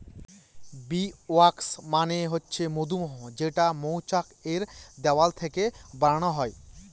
bee wax মানে হচ্ছে মধুমোম যেটা মৌচাক এর দেওয়াল থেকে বানানো হয়